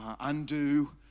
undo